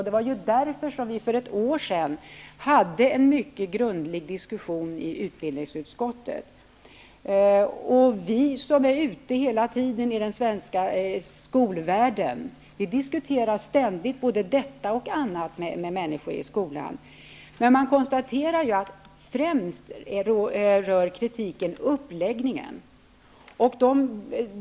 Det var därför vi för ett år sedan hade en mycket grundlig diskussion i utbildningsutskottet. Vi som hela tiden är ute i den svenska skolvärlden diskuterar ständigt både detta och annat med människor i skolan. Men man kan konstatera att kritiken främst rör uppläggningen.